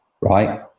right